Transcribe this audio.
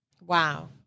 Wow